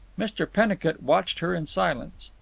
mr. pennicut watched her in silence.